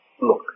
Look